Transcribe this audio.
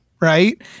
right